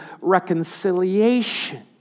reconciliation